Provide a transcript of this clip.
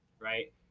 right